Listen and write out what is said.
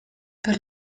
per